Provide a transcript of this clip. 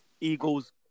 eagles